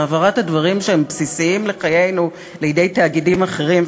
העברת הדברים שהם בסיסיים לחיינו לידי תאגידים אחרים,